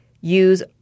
use